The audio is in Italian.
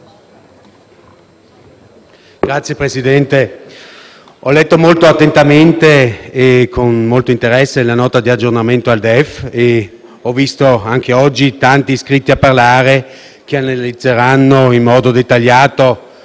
Signor Presidente, ho letto molto attentamente e con molto interesse la Nota di aggiornamento al DEF e ho visto anche oggi tanti iscritti a parlare che analizzeranno in modo dettagliato